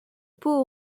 pot